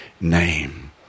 name